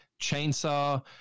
chainsaw